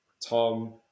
Tom